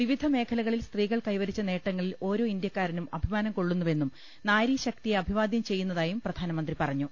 വിവിധ മേഖലകളിൽ സ്ത്രീകൾ കൈവരിച്ച നേട്ടങ്ങളിൽ ഓരോ ഇന്തൃക്കാരനും അഭിമാനം കൊള്ളുന്നുവെന്നും നാരി ശക്തിയെ അഭിവാദൃം ചെയ്യുന്നതായും പ്രധാനമന്ത്രി പറഞ്ഞു